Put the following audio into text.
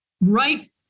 right